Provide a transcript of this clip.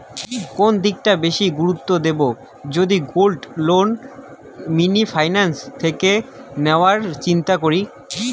কোন দিকটা বেশি করে গুরুত্ব দেব যদি গোল্ড লোন মিনি ফাইন্যান্স থেকে নেওয়ার চিন্তা করি?